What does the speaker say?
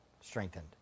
strengthened